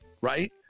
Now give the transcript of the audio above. right